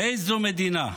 ואיזו מדינה,